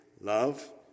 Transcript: Love